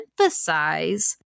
emphasize